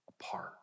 apart